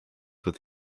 with